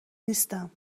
نیستم